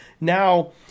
now